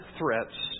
threats